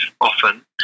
often